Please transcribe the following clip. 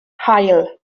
haul